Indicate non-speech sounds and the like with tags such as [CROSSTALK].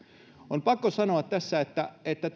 on pakko sanoa tässä että että [UNINTELLIGIBLE]